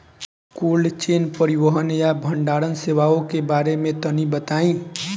Cold chain परिवहन या भंडारण सेवाओं के बारे में तनी बताई?